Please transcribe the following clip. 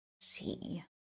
see